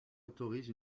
autorise